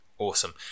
Awesome